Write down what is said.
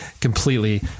completely